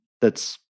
That's-